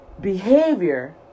behavior